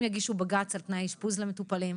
יגישו בג"ץ על תנאי אשפוז למטופלים,